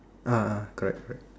a'ah correct correct